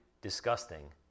disgusting